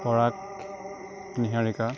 পৰাগ নীহাৰিকা